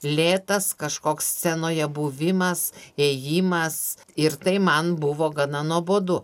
lėtas kažkoks scenoje buvimas ėjimas ir tai man buvo gana nuobodu